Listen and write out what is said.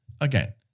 again